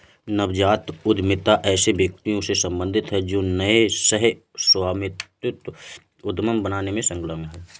नवजात उद्यमिता ऐसे व्यक्तियों से सम्बंधित है जो नए सह स्वामित्व उद्यम बनाने में संलग्न हैं